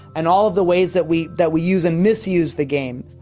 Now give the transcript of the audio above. and all of the ways that we that we use and misuse the game.